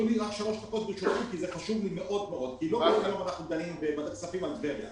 יום אנחנו דנים בוועדת הכספים על טבריה.